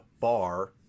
bar